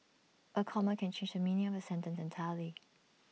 A comma can change meaning A sentence entirely